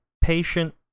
patient